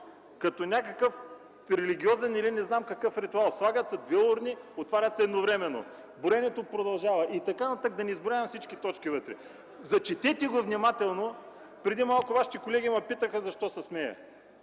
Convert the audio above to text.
като някакъв религиозен или не знам какъв ритуал. Слагат се две урни, отварят се едновременно. Броенето продължава и т.н., да не изброявам всички точки вътре. Зачетете го внимателно, преди малко Вашите колеги ме питаха защо се смея.